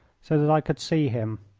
so that i could see him.